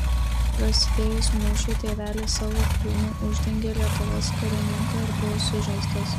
prasidėjus mūšiui tėvelis savo kūnu uždengė lietuvos karininką ir buvo sužeistas